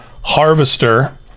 Harvester